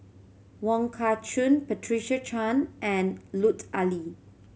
Wong Kah Chun Patricia Chan and Lut Ali